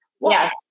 yes